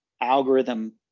algorithm